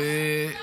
מאוד.